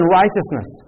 righteousness